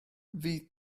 fydd